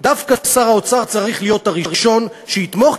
דווקא שר האוצר צריך להיות הראשון שיתמוך,